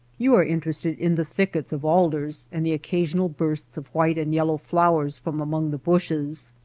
you are interested in the thickets of alders and the occasional bursts of white and yellow flowers from among the bushes.